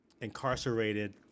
incarcerated